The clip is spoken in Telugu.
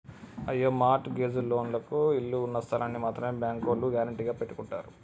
అయ్యో మార్ట్ గేజ్ లోన్లకు ఇళ్ళు ఉన్నస్థలాల్ని మాత్రమే బ్యాంకోల్లు గ్యారెంటీగా పెట్టుకుంటారు